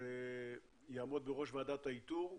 שיעמוד בראש ועדת האיתור.